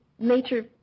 nature